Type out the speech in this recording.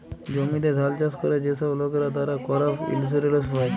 জমিতে ধাল চাষ ক্যরে যে ছব লকরা, তারা করপ ইলসুরেলস পায়